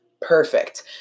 Perfect